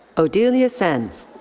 odilia sendze.